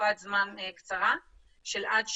לתקופת זמן קצרה של עד שנה.